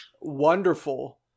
wonderful